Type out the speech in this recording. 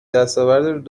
دستاورد